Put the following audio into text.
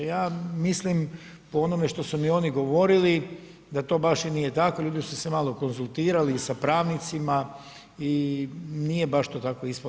Ja mislim po onome što su mi oni govorili da to baš i nije tako, ljudi su se malo konzultirali i sa pravnicima i nije baš to tako ispalo.